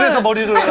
avoided him